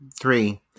three